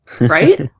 Right